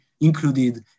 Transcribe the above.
included